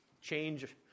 change